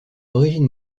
origine